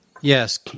Yes